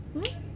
!huh!